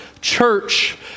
church